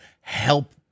help